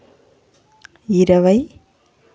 ఇరవై